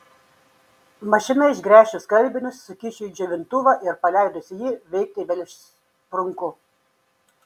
mašina išgręžiu skalbinius sukišu į džiovintuvą ir paleidusi jį veikti vėl išsprunku